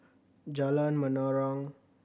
Jalan Menarong